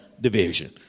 division